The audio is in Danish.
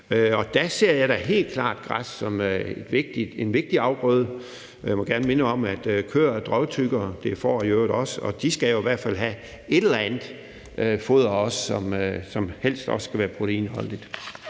og der ser jeg da helt klart græs som en vigtig afgrøde. Må jeg gerne minde om, at køer er drøvtyggere, og at får i øvrigt også er det, og at de jo i hvert fald også skal have et eller andet foder, som helst også skal være proteinholdigt.